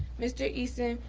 mr. easton,